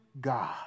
God